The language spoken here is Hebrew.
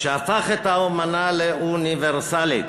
שהפך את האמנה לאוניברסלית.